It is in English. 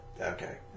okay